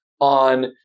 on